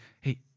hey